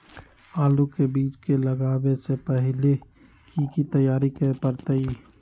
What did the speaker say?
आलू के बीज के लगाबे से पहिले की की तैयारी करे के परतई?